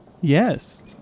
Yes